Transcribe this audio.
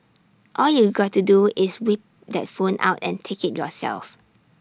all you got to do is whip that phone out and take IT yourself